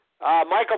Michael